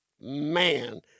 man